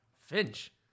Finch